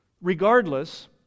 Regardless